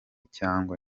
cyangwa